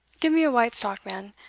give me a white stock, man